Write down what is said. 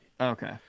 Okay